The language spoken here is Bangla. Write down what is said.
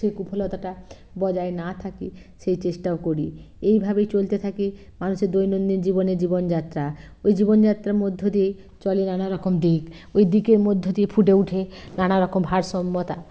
সে কুফলতাটা বজায় না থাকে সেই চেষ্টাও করি এইভাবেই চলতে থাকে মানুষের দৈনন্দিন জীবনের জীবনযাত্রা ওই জীবনযাত্রার মধ্য দিয়েই চলে নানা রকম দিক ওই দিকের মধ্য দিয়ে ফুটে উঠে নানা রকম ভারসম্যতা